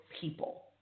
people